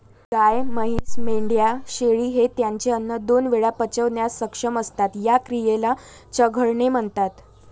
गाय, म्हैस, मेंढ्या, शेळी हे त्यांचे अन्न दोन वेळा पचवण्यास सक्षम असतात, या क्रियेला चघळणे म्हणतात